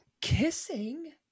kissing